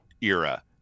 era